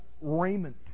raiment